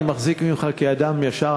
אני מחזיק ממך אדם ישר,